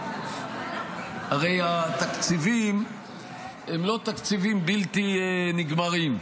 -- הם לא תקציבים בלתי נגמרים.